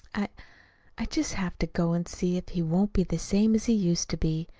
i i just have to go and see if he won't be the same as he used to be.